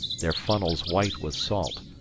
their funnels white with salt,